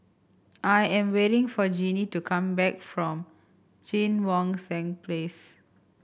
I am waiting for Jinnie to come back from Cheang Wan Seng Place